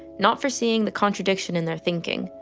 not foreseeing the contradiction in their thinking.